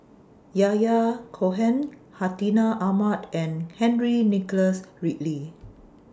Yahya Cohen Hartinah Ahmad and Henry Nicholas Ridley